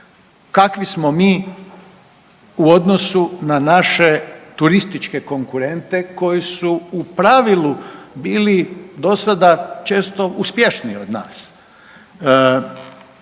Kakvi smo mi u odnosu na naše turističke konkurente koji su u pravili bili do sada često uspješniji od nas.